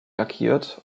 lackiert